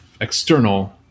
external